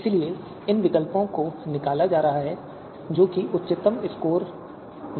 इसलिए इन विकल्पों को निकाला जा रहा है जो उच्चतम योग्यता स्कोर वाले हैं